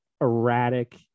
erratic